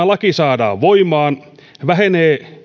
laki saadaan voimaan vähenee